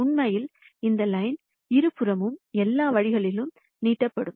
உண்மையில் இந்த லைன் இருபுறமும் எல்லா வழிகளிலும் நீட்டிக்கப்படும்